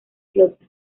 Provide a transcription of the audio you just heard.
flota